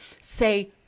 Say